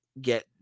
Get